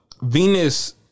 Venus